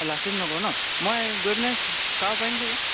অঁ লাচিত নগৰ ন মই গৈ পিনে চাব পাৰিম ছাগৈ